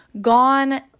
gone